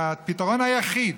הפתרון היחיד,